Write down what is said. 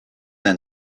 then